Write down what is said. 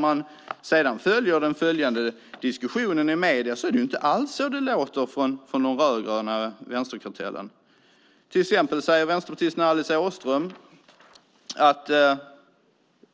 Men i den följande diskussionen i medierna är det inte alls så det låter från den rödgröna vänsterkartellen. Till exempel säger Vänsterpartiets Alice Åström att